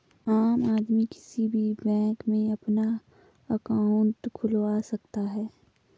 आम आदमी किसी भी बैंक में अपना अंकाउट खुलवा सकता है